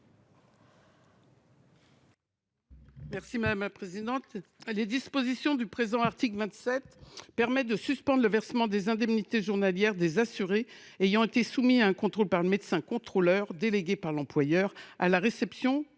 Mme Raymonde Poncet Monge. Les dispositions de l’article 27 visent à suspendre le versement des indemnités journalières des assurés ayant été soumis à un contrôle par le médecin contrôleur délégué par l’employeur à la réception